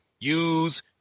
use